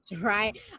right